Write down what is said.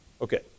Okay